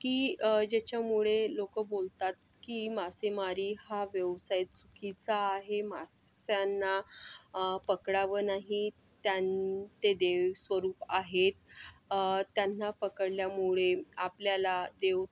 की ज्याच्यामुळं लोक बोलतात की मासेमारी हा व्यवसाय चुकीचा आहे माशांना पकडावं नाही त्यान ते देवस्वरूप आहेत त्यांना पकडल्यामुळे आपल्याला देव